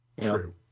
True